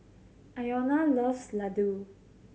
Iona loves Ladoo